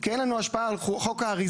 כי אין לנו השפעה על חוק האריזות,